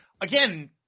Again